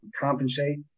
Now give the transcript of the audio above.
compensate